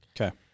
Okay